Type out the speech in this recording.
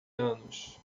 anos